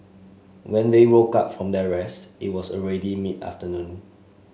when they woke up from their rest it was already mid afternoon